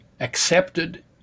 accepted